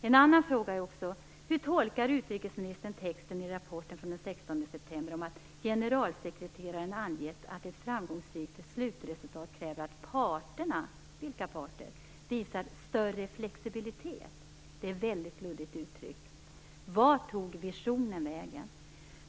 En annan fråga är också: Hur tolkar utrikesministern texten i rapporten från den 16 september om att generalsekreteraren har angett att ett framgångsrikt slutresultat kräver att parterna - vilka parter? - visar större flexibilitet. Det är väldigt luddigt uttryckt. Vart tog visionen vägen?